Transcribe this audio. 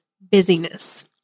busyness